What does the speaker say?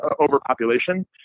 overpopulation